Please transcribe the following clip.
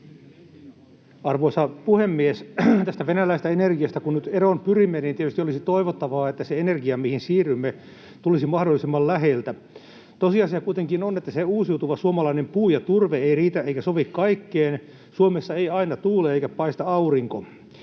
Arvoisa puhemies! Tästä venäläisestä energiasta kun nyt eroon pyrimme, niin tietysti olisi toivottavaa, että se energia, mihin siirrymme, tulisi mahdollisimman läheltä. Tosiasia kuitenkin on, että uusiutuva suomalainen puu ja turve eivät riitä eivätkä sovi kaikkeen: Suomessa ei aina tuule eikä paista aurinko.